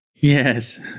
Yes